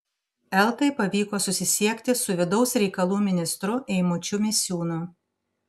eltai pavyko susisiekti su vidaus reikalų ministru eimučiu misiūnu